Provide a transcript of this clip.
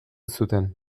zuten